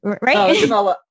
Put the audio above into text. right